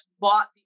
bought